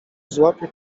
złapie